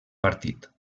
partit